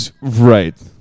right